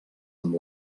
amb